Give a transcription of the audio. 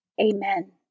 Amen